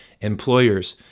employers